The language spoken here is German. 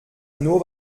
nur